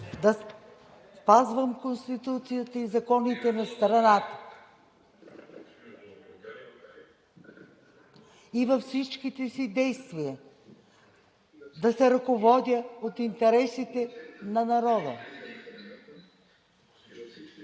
да спазвам Конституцията и законите на страната и във всичките си действия да се ръководя от интересите на народа. Заклех се!“